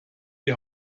die